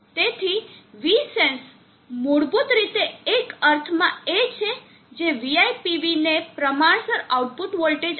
તેથી Vsense મૂળભૂત રીતે એક અર્થમાં એ છે જે VIPV ને પ્રમાણસર આઉટપુટ વોલ્ટેજ આપે છે